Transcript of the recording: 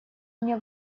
мне